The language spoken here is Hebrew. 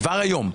כבר היום.